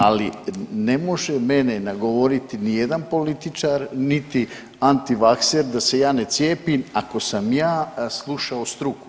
Ali ne može mene nagovoriti ni jedan političar niti antivakser da se ja ne cijepim ako sam ja slušao struku.